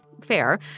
fair